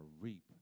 reap